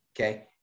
Okay